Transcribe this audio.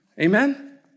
Amen